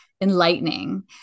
enlightening